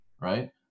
right